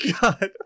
God